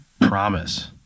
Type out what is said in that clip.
promise